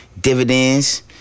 Dividends